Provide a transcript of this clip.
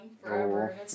forever